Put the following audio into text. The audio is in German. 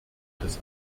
des